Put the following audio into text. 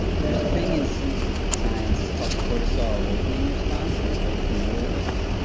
there's a thing in sleep science called the cortisol awakening response. are you are you familiar with this?